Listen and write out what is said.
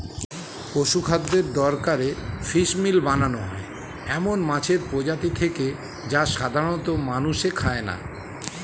পশুখাদ্যের দরকারে ফিসমিল বানানো হয় এমন মাছের প্রজাতি থেকে যা সাধারনত মানুষে খায় না